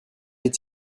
est